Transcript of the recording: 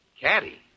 Caddy